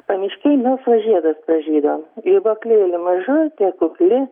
pamiškėj melsvas žiedas pražydo žibuoklėlė mažutė kukli